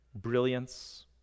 brilliance